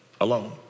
alone